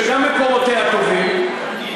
שגם מקורותיה טובים,